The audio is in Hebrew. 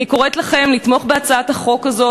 אני קוראת לכם לתמוך בהצעת החוק הזאת,